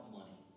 money